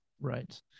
right